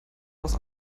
aus